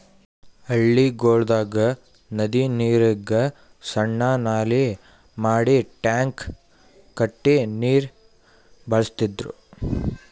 ಹಳ್ಳಿಗೊಳ್ದಾಗ್ ನದಿ ನೀರಿಗ್ ಸಣ್ಣು ನಾಲಿ ಮಾಡಿ ಟ್ಯಾಂಕ್ ಕಟ್ಟಿ ನೀರ್ ಬಳಸ್ತಿದ್ರು